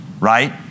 right